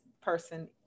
person